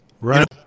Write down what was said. Right